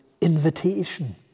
invitation